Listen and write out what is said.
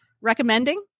recommending